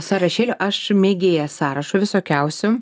sąrašėlio aš mėgėja sąrašo visokiausių